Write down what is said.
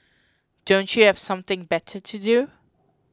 don't you have something better to do